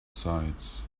sides